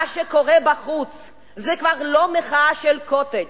מה שקורה בחוץ זה כבר לא מחאה של "קוטג'",